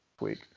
week